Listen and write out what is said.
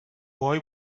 boy